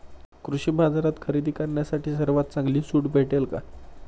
कृषी बाजारात खरेदी करण्यासाठी सर्वात चांगली सूट भेटेल का?